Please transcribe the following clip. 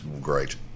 great